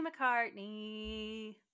mccartney